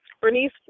Bernice